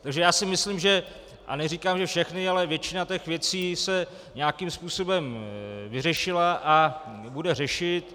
Takže já si myslím, že a neříkám, že všechny, ale většina věcí se nějakým způsobem vyřešila a bude řešit.